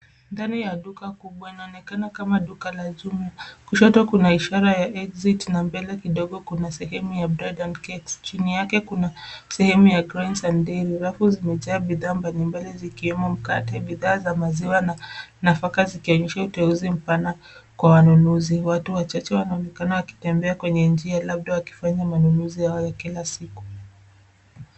Ndani ya duka kubwa. Inaonekana kama duka la jumla. Kushoto kuna ishara ya (cs)exit (cs)na mbele kidogo kuna ya (cs)bread and cakes(cs), chini yake kuna sehemu ya (cs)grains and dairy(cs). Rafu zimejaa bidhaa mbali mbali zikiwemo mkate, bidhaa za maziwa na nafaka zikionyesha uteuzi mpana kwa wanunuzi. Watu wachache wanaonekana wakitembea kwenye njia labda wakifanya manunuzi yao ya kila siku.